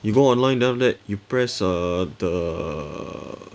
you go online then after that you press err the